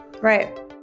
Right